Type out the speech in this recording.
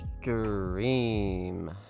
Dream